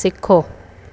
सिखो